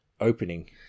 opening